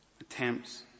attempts